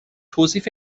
توصیف